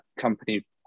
company